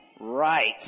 Right